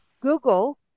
Google